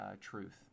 truth